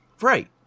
Right